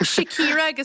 Shakira